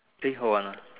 eh hold on ah